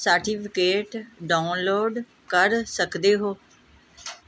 certificate download ਕਰ ਸਕਦੇ ਹੋ